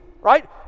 right